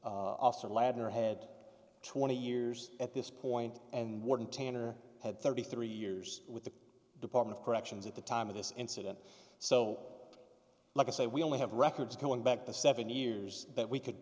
or ladner head twenty years at this point and warden tanner had thirty three years with the department of corrections at the time of this incident so like i say we only have records going back to seventy years that we could